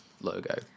logo